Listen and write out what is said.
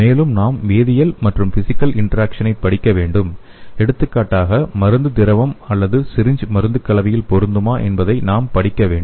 மேலும் நாம் வேதியியல் மற்றும் பிசிகல் இன்டராக்சன்களைப் படிக்க வேண்டும் எடுத்துக்காட்டாக மருந்து திரவம் அல்லது சிரிஞ்ச் கலவையில் பொருந்துமா என்பதை நாம் படிக்க வேண்டும்